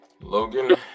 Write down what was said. Logan